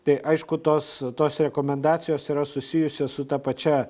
tai aišku tos tos rekomendacijos yra susijusios su ta pačia